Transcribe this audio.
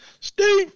Steve